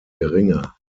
geringer